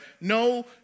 No